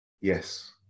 Yes